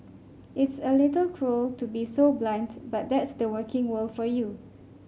it's a little cruel to be so blunt but that's the working world for you